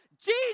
Jesus